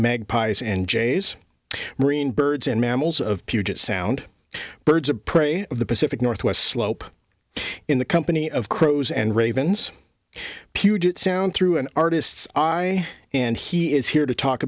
magpies and jays marine birds and mammals of puget sound birds of prey of the pacific northwest slope in the company of crows and ravens puget sound through an artist's eye and he is here to talk